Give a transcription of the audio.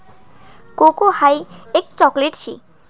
cocoa हाई एक chocolate शे